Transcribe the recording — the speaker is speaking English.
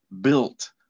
built